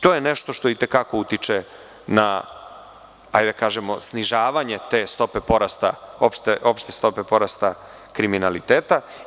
To je nešto što i te kako utiče na, da kažemo, snižavanje te stope porasta opšte stope porasta kriminaliteta.